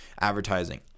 advertising